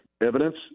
Evidence